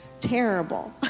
terrible